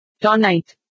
tonight